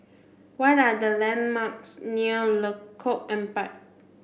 what are the landmarks near Lengkok Empat